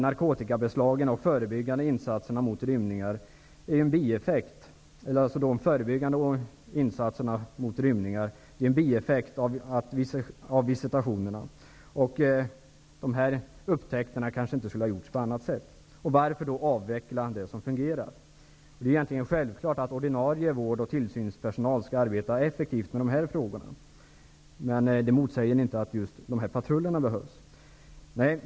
Dessa förebyggande insatser mot rymningar är en bieffekt av visitationerna. De upptäckterna skulle kanske inte ha gjorts på annat sätt. Varför skall man då avveckla det som fungerar? Det är egentligen självklart att ordinarie vård och tillsynspersonal skall arbeta effektivt med dessa frågor. Men det motsäger inte att dessa patruller behövs.